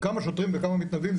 כמה שוטרים וכמה מתנדבים,